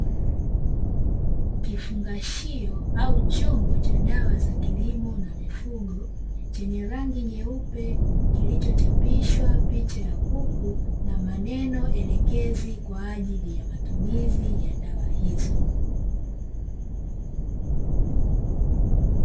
Kifungashio au chombo cha dawa za kilimo na mifugo chenye rangi nyeupe, kilichochapishwa picha ya kuku na maneno elekezi, kwa ajili ya matumizi ya dawa hizo.